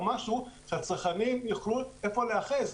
שלצרכנים יהיה איפה להיאחז.